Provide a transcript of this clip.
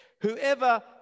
whoever